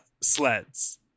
sleds